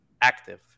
active